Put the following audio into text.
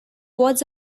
was